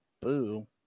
Boo